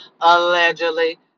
allegedly